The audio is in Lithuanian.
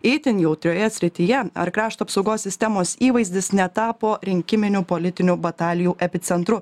itin jautrioje srityje ar krašto apsaugos sistemos įvaizdis netapo rinkiminių politinių batalijų epicentru